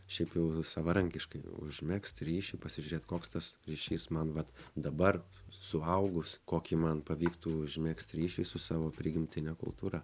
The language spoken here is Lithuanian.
šiaip jau savarankiškai užmegzt ryšį pasižiūrėt koks tas ryšys man vat dabar suaugus kokį man pavyktų užmegzt ryšį su savo prigimtine kultūra